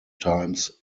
times